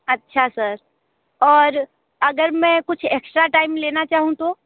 अच्छा सर और अगर मैं कुछ एक्स्ट्रा टाइम लेना चाहूं तो